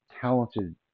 talented